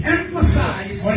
emphasize